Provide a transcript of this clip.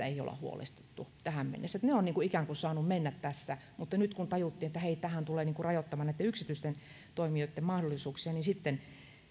ei olla huolestuttu tähän mennessä että ne ovat ikään kuin saaneet mennä tässä mutta nyt kun tajuttiin että hei tämähän tulee rajoittamaan näitten yksityisten toimijoitten mahdollisuuksia niin sitten